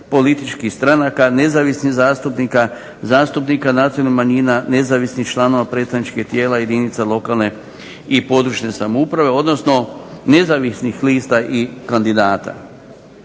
političkih stranaka, nezavisnih zastupnika, zastupnika nacionalnih manjina, nezavisnih članova predstavničkih tijela jedinica lokalne i područne samouprave, odnosno nezavisnih lista i kandidata.